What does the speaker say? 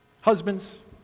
Husbands